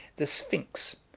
the sphinx,